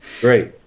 Great